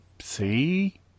See